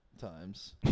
times